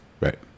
Right